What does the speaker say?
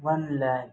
one lac